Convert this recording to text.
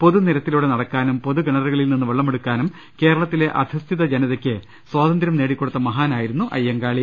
പൊതു നിരത്തിലൂടെ നടക്കാനും പൊതു കിണറുകളിൽ നിന്ന് വെള്ളമെടുക്കാനും കേരളത്തിലെ അധസ്ഥിത ജനതക്ക് സ്വാതന്ത്ര്യം നേടിക്കൊടുത്ത മഹാനാ യിരുന്നു അയ്യങ്കാളി